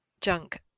junk